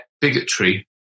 bigotry